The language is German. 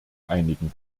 einigen